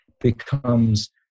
becomes